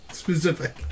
specific